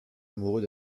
amoureux